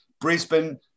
Brisbane